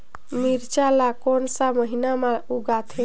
मिरचा ला कोन सा महीन मां उगथे?